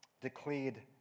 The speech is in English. declared